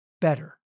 better